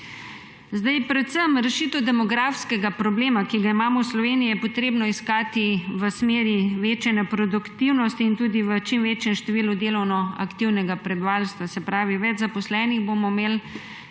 Predvsem rešitev demografskega problema, ki ga imamo v Sloveniji, je potrebno iskati v smeri večanja produktivnosti in tudi v čim večjem številu delovno aktivnega prebivalstva. Se pavi, več zaposlenih bomo imeli,